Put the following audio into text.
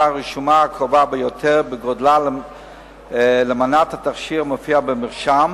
הרשומה הקרובה ביותר בגודלה למנת התכשיר המופיעה במרשם,